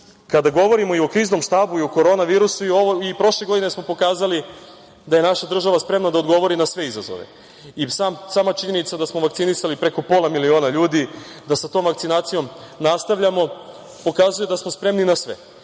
tome. Kada govorimo i o Kriznom štabu i o Korona virusu i prošle godine smo pokazali da je naša država spremna da odgovori na sve izazove. Sama činjenica da smo vakcinisali preko pola miliona ljudi, da sa tom vakcinacijom nastavljamo pokazuje da smo spremni na sve.